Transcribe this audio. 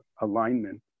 alignment